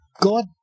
God